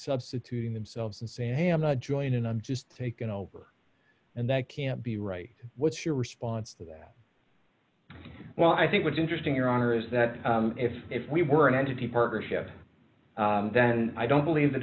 substituting themselves and saying hey i'm not joining in i'm just taken over and that can't be right what's your response to that well i think what's interesting your honor is that if if we were an entity partnership then i don't believe the